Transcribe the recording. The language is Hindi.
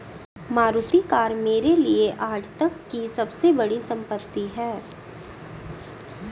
मारुति कार मेरे लिए आजतक की सबसे बड़ी संपत्ति है